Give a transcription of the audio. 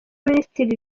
minisitiri